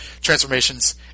transformations